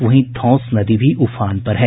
वहीं धौंस नदी भी उफान पर हैं